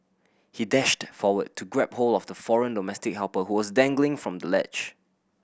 he dashed forward to grab hold of the foreign domestic helper who was dangling from the ledge